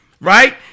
right